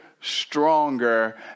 stronger